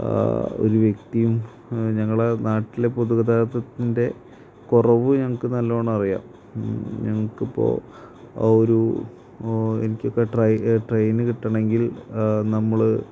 ഒരു വ്യക്തിയും ഞങ്ങളുടെ നാട്ടിൽ പൊതുഗതാഗതത്തിൻ്റെ കുറവ് ഞങ്ങൾക്ക് നല്ലവണ്ണം അറിയാം ഞങ്ങൾക്കിപ്പോൾ ഒരു എനിക്കിപ്പോൾ ട്രെ ട്രെയിൻ കിട്ടണമെങ്കിൽ നമ്മൾ